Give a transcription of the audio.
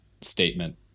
statement